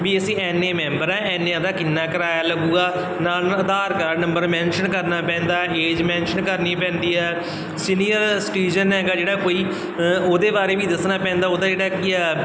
ਵੀ ਅਸੀਂ ਐਨੇ ਮੈਂਬਰ ਹਾਂ ਐਨਿਆਂ ਦਾ ਕਿੰਨਾ ਕਿਰਾਇਆ ਲੱਗੇਗਾ ਨਾਲ ਆਧਾਰ ਕਾਰਡ ਨੰਬਰ ਮੈਨਸ਼ਨ ਕਰਨਾ ਪੈਂਦਾ ਏਜ ਮੈਨਸ਼ਨ ਕਰਨੀ ਪੈਂਦੀ ਹੈ ਸੀਨੀਅਰ ਸਿਟੀਜਨ ਹੈਗਾ ਜਿਹੜਾ ਕੋਈ ਉਹਦੇ ਬਾਰੇ ਵੀ ਦੱਸਣਾ ਪੈਂਦਾ ਉਹਦਾ ਜਿਹੜਾ ਕੀ ਆ